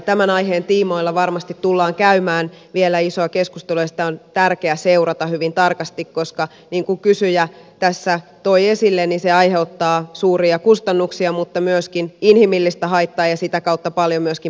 tämän aiheen tiimoilla varmasti tullaan käymään vielä isoa keskustelua ja sitä on tärkeää seurata hyvin tarkasti koska niin kuin kysyjä tässä toi esille se aiheuttaa suuria kustannuksia mutta myöskin inhimillistä haittaa ja sitä kautta paljon myöskin palveluiden käyttöä